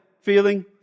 feeling